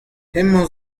hemañ